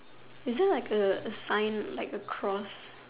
it just like a sign like a cross